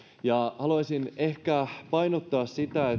ja haluaisin ehkä painottaa sitä